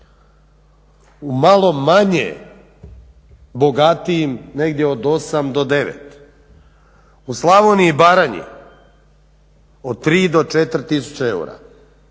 u malo manje bogatijim negdje od 8 do 9, u Slavoniji i Baranji od 3 do 4 tisuće eura